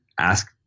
ask